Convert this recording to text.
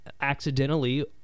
accidentally